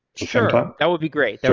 sure. that will be great. but